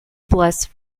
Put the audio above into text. bless